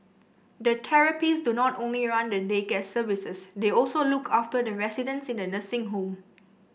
the therapists do not only run the day care services they also look after the residents in the nursing home